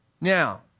Now